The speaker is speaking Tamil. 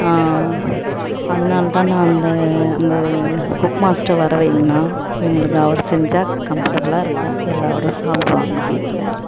அதனாலதாண்ணா அந்த அந்த குக் மாஸ்டர் வர வைங்கண்ணா எங்களுக்கு அவர் செஞ்சால் கம்ஃபர்டபிளாக இருக்கும் எல்லோரும் சாப்பிடுவாங்க வீட்டில்